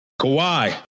Kawhi